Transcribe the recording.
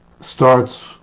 starts